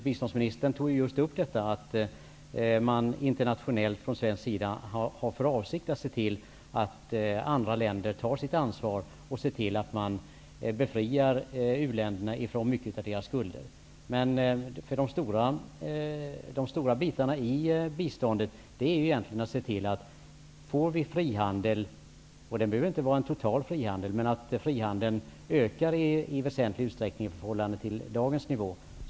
Biståndsministern sade att man från svensk sida internationellt har för avsikt att se till att andra länder tar sitt ansvar, så att u-länderna befrias från mycket av deras skulder. Men de stora bitarna i biståndet är egentligen att se till att frihandeln -- det behöver inte vara en total frihandel -- väsentligt ökar i förhållande till dagens nivå.